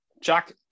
Jack